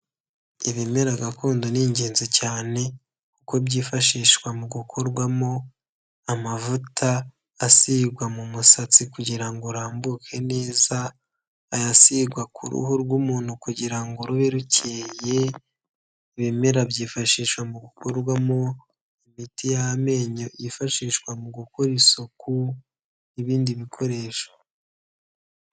Ibimera gakondo ni ingenzi cyane uko byifashishwa mu gukorwamo amavuta asigwa mu musatsi kugira ngo arambuke neza, ayasigwa ku ruhu rw'umuntu kugira ngo rube rukeye, ibimera byifashishwa mu gukorwamo imiti y'amenyo yifashishwa mu gukora isuku' ibindi bikoresho.